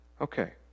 Okay